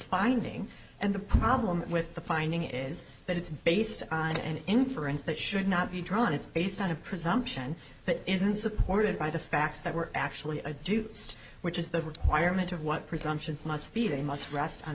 finding and the problem with the finding is that it's based on an inference that should not be drawn it's based on a presumption that isn't supported by the facts that were actually a do just which is the requirement of what presumptions must be they must